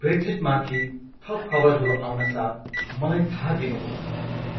ब्रेक्जिटमाथि थप खबरहरू आउन साथ मलाई थाहा दिनु होला